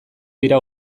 dira